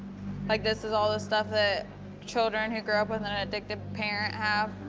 like this is all the stuff that children who grow up with an addicted parent have.